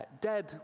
dead